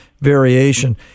variation